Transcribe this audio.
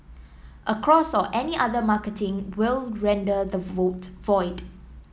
a cross or any other marketing will render the vote void